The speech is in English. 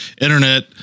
internet